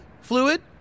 Fluid